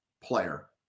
player